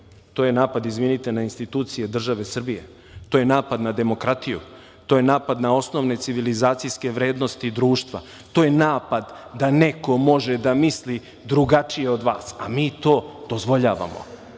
to je napad, izvinite, na institucije države Srbije, to je napad na demokratiju, to je napad na osnovne civilizacijske vrednosti društva, to je napad da neko može da misli drugačije od vas. A mi to dozvoljavamo. Sve